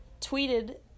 tweeted